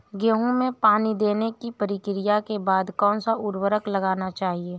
गेहूँ में पानी देने की प्रक्रिया के बाद कौन सा उर्वरक लगाना चाहिए?